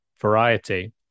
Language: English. variety